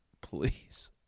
please